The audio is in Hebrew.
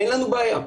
אין לנו בעיה.